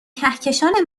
کهکشان